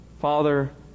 Father